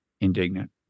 indignant